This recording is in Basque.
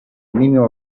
minimo